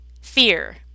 Fear